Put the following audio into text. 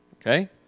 Okay